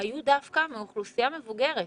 היו דווקא מאוכלוסייה מבוגרת.